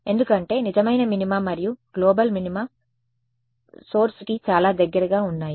ఎందుకంటే నిజమైన మినిమా మరియు గ్లోబల్ మినిమా సోర్స్ కి చాలా దగ్గరగా ఉన్నాయి